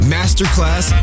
Masterclass